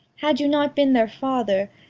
had you not been their father,